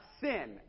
sin